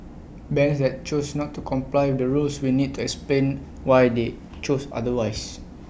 banks that choose not to comply the rules will need to explain why they chose otherwise